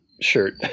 shirt